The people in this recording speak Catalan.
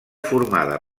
formada